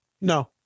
No